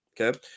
Okay